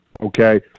okay